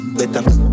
better